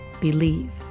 Believe